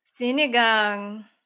Sinigang